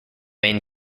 main